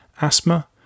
asthma